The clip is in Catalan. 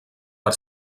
per